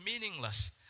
meaningless